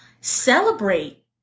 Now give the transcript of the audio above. Celebrate